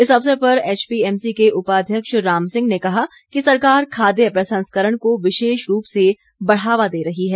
इस अवसर पर एचपीएमसी के उपाध्यक्ष राम सिंह ने कहा कि सरकार खाद्य प्रसंस्करण को विशेष रूप से बढ़ावा दे रही है